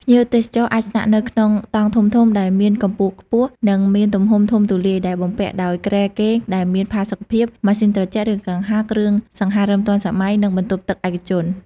ភ្ញៀវទេសចរអាចស្នាក់នៅក្នុង តង់ធំៗដែលមានកម្ពស់ខ្ពស់ និងមានទំហំធំទូលាយ ដែលបំពាក់ដោយគ្រែគេងដែលមានផាសុកភាព ម៉ាស៊ីនត្រជាក់ ឬកង្ហារ គ្រឿងសង្ហារិមទាន់សម័យ និងបន្ទប់ទឹកឯកជន។